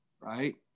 right